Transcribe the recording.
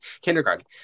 kindergarten